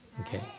Okay